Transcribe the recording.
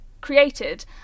created